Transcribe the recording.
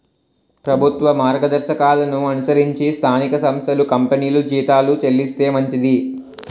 ప్రభుత్వ మార్గదర్శకాలను అనుసరించి స్థానిక సంస్థలు కంపెనీలు జీతాలు చెల్లిస్తే మంచిది